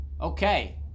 okay